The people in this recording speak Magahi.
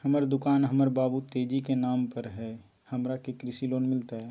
हमर दुकान हमर बाबु तेजी के नाम पर हई, हमरा के कृषि लोन मिलतई?